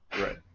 Right